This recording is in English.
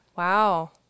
Wow